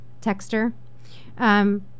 Texter